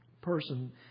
person